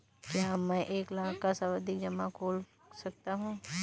क्या मैं एक लाख का सावधि जमा खोल सकता हूँ?